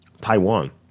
Taiwan